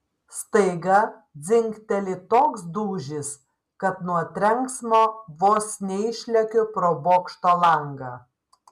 staiga dzingteli toks dūžis kad nuo trenksmo vos neišlekiu pro bokšto langą